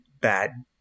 bad